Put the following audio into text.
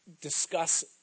discuss